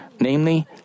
namely